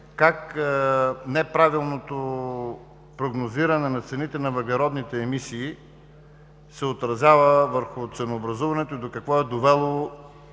как неправилното прогнозиране на цените на въглеродните емисии се отразява върху ценообразуването и до какво е довело